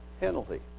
penalty